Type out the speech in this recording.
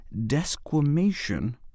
desquamation